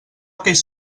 aquells